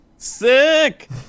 sick